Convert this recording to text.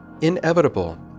inevitable